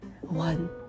One